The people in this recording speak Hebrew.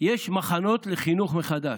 יש מחנות לחינוך מחדש.